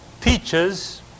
teaches